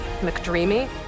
McDreamy